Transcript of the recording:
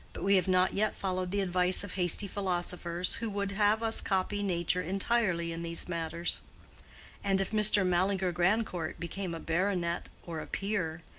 but we have not yet followed the advice of hasty philosophers who would have us copy nature entirely in these matters and if mr. mallinger grandcourt became a baronet or a peer,